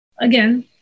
Again